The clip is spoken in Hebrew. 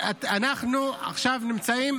אנחנו עכשיו נמצאים